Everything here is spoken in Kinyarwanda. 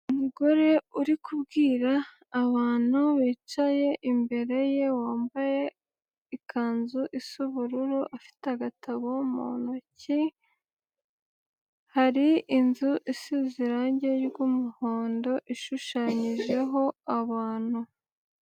Umugore uri kubwira abantu bicaye imbere ye wambaye ikanzu isa ubururu afite agatabo mu ntoki, hari inzu isize irangi ry'umuhondo ishushanyijeho abantu.